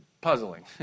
puzzling